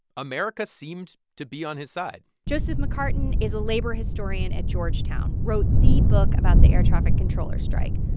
america seemed to be on his side joseph mccartin is a labor historian at georgetown wrote the book about the air-traffic controller strike.